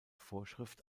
vorschrift